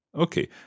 Okay